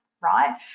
right